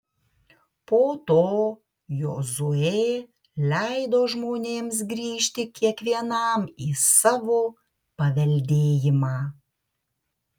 po to jozuė leido žmonėms grįžti kiekvienam į savo paveldėjimą